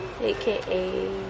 AKA